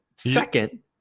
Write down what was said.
Second